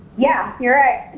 yeah! you're right.